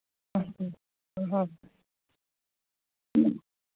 ꯎꯝ ꯍꯣꯏ ꯍꯣꯏ